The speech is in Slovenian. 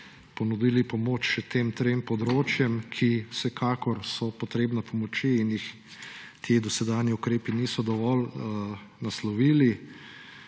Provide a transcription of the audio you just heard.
pomoč še tem trem področjem, ki so vsekakor potrebna pomoči in jih dosedanji ukrepi niso dovolj naslovili.